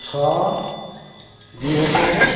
ଛଅ ଦୁଇ ହଜାର